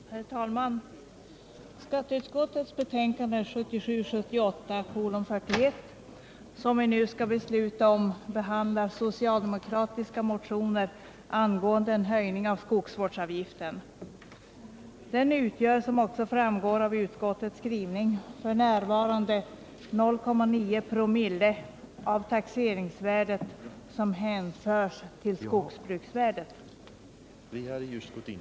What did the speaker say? Herr talman! Skatteutskottets betänkande 1977 00 av taxeringsvärdet som hänförs till skogsbruksvärdet.